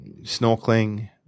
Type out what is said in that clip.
snorkeling